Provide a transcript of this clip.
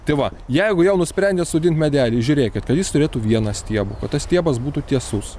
tai va jeigu jau nusprendėt sodinti medelį žiūrėkit kad jis turėtų vieną stiebą o tas stiebas būtų tiesus